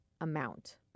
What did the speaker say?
amount